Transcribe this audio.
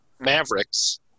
Mavericks